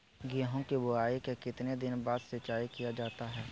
गेंहू की बोआई के कितने दिन बाद सिंचाई किया जाता है?